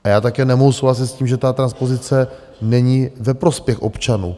A já také nemohu souhlasit s tím, že ta transpozice není ve prospěch občanů.